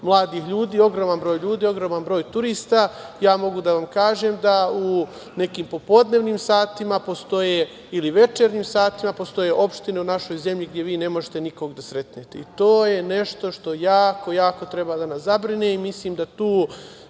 mladih ljudi, ogroman broj ljudi, ogroman broj turista. Ja mogu da kažem da u nekim popodnevnim satima ili večernjim satima postoje opštine u našoj zemlji gde vi ne možete nikoga da sretnete. To je nešto što jako, jako treba da nas zabrine i mislim da tu